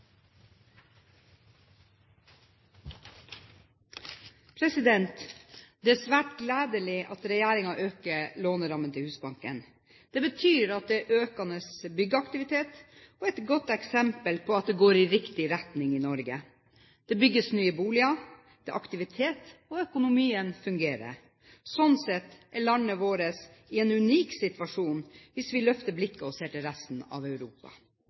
svært gledelig at regjeringen øker lånerammen til Husbanken. Det betyr at det er økende byggeaktivitet og er et godt eksempel på at det går i riktig retning i Norge. Det bygges nye boliger, det er aktivitet, og økonomien fungerer. Sånn sett er landet vårt i en unik situasjon hvis vi løfter blikket og ser til resten av Europa.